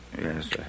yes